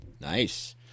Nice